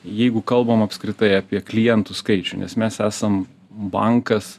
jeigu kalbam apskritai apie klientų skaičių nes mes esam bankas